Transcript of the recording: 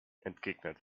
entgegnet